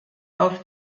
auf